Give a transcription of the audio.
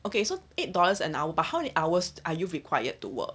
okay so eight dollars an hour but how many hours are you required to work